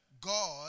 God